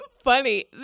Funny